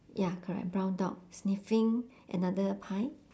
ya correct brown dog sniffing another pie